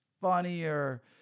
funnier